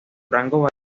rango